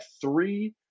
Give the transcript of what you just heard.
three